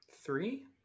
Three